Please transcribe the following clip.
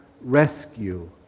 rescue